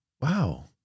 wow